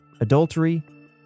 adultery